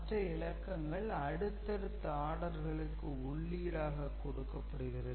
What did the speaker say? மற்ற இலக்கங்கள் அடுத்தடுத்த ஆடர்களுக்கு உள்ளீடாக கொடுக்கப்படுகிறது